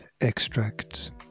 extracts